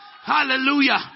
Hallelujah